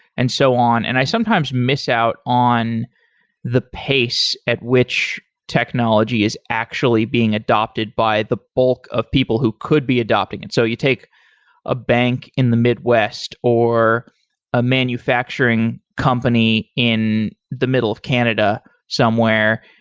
and so on and i sometimes miss out on the pace at which technology is actually being adapted by the bulk of people who could be adopting it. and so you take a bank in the midwest or a manufacturing company in the middle of canada somewhere,